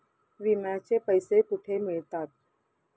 विम्याचे पैसे कुठे मिळतात?